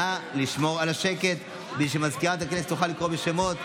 נא לשמור על השקט כדי שסגנית מזכיר הכנסת תוכל לקרוא בשמות.